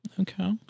Okay